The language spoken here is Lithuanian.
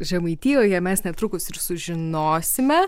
žemaitijoje mes netrukus ir sužinosime